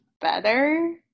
better